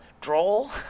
droll